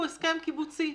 הסכם קיבוצי.